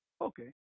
Okay